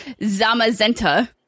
Zamazenta